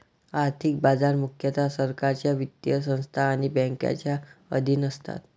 आर्थिक बाजार मुख्यतः सरकारच्या वित्तीय संस्था आणि बँकांच्या अधीन असतात